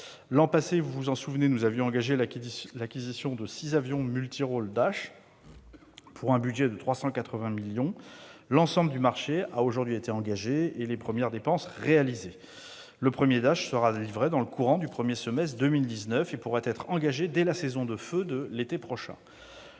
L'an passé, vous vous en souvenez, nous avions engagé l'acquisition de six avions multirôles DASH, pour un budget de 380 millions d'euros. L'ensemble du marché a aujourd'hui été lancé et les premières dépenses réalisées. Le premier DASH sera livré dans le courant du premier semestre 2019 et pourra être engagé dès la saison de feux de l'an prochain.